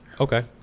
Okay